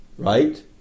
Right